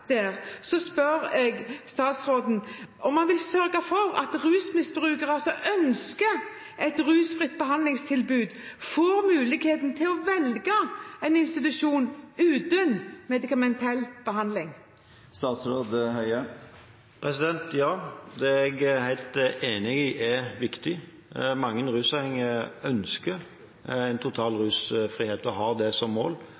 der, spør jeg statsråden om han vil sørge for at rusmisbrukere som ønsker et rusfritt behandlingstilbud, får muligheten til å velge en institusjon uten medikamentell behandling. Ja, det er jeg helt enig i er viktig. Mange rusavhengige ønsker total rusfrihet og har det som mål,